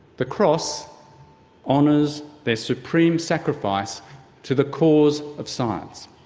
the cross honours their supreme sacrifice to the cause of science.